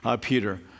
Peter